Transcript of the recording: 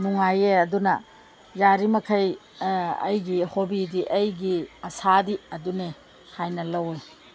ꯅꯨꯡꯉꯥꯏꯌꯦ ꯑꯗꯨꯅ ꯌꯥꯔꯤ ꯃꯈꯩ ꯑꯩꯒꯤ ꯍꯣꯕꯤꯗꯤ ꯑꯩꯒꯤ ꯑꯥꯁꯥꯗꯤ ꯑꯗꯨꯅꯦ ꯍꯥꯏꯅ ꯂꯧꯏ